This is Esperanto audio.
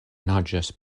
naĝas